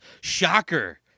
Shocker